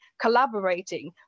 collaborating